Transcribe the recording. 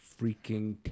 freaking